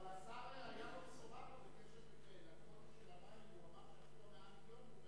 אבל לשר היתה בשורה בקשר לקווטה של המים.